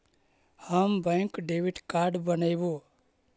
हम bank credit card बनैवो?